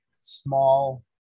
small